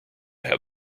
have